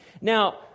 Now